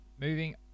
Moving